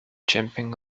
jumping